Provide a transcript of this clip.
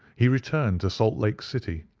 he returned to salt lake city,